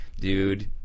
dude